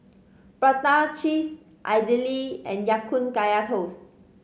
prata cheese idly and Ya Kun Kaya Toast